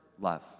love